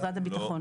משרד הביטחון.